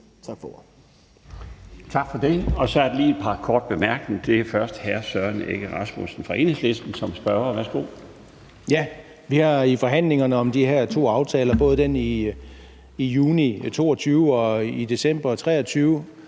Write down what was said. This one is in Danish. Tak for det.